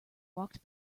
walked